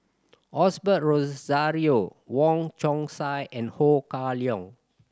Osbert Rozario Wong Chong Sai and Ho Kah Leong